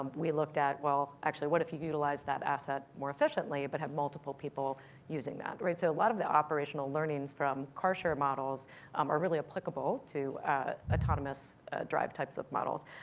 we looked at well actually what if you utilize that asset more efficiently but have multiple people using that? right so a lot of the operational learnings from car share models are really applicable to autonomous drive types of models.